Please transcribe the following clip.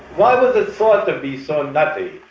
why was it thought to be so nutty,